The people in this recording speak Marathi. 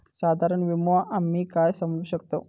साधारण विमो आम्ही काय समजू शकतव?